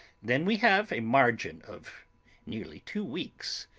then we have a margin of nearly two weeks.